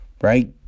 Right